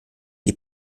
die